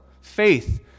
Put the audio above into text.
Faith